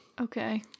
okay